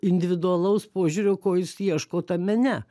individualaus požiūrio ko jis ieško tam mene